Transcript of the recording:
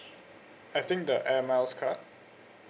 I think the air miles card